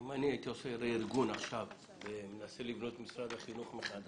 אם אני הייתי עושה רה-ארגון ומנסה לבנות את משרד החינוך מחדש,